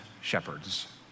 shepherds